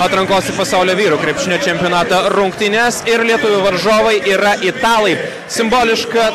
atrankos į pasaulio vyrų krepšinio čempionato rungtynes ir lietuvių varžovai yra italai simboliška